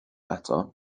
eto